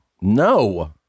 No